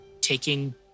taking